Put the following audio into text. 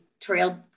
trail